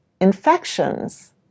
infections